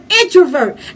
introvert